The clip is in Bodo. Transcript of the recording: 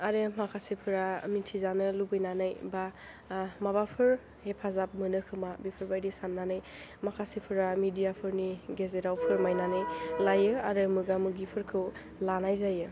आरो माखासेफोरा मोनथिजानो लुबैनानै बा माबाफोर हेफाजाब मोनो खोमा बेफोरबायदि सान्नानै माखासेफोरा मेदियाफोरनि गेजेराव फोरमायनानै लायो आरो मोगा मोगिफोरखौ लानाय जायो